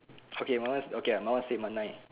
okay my one okay my one same on nine